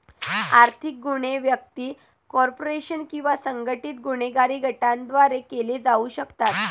आर्थिक गुन्हे व्यक्ती, कॉर्पोरेशन किंवा संघटित गुन्हेगारी गटांद्वारे केले जाऊ शकतात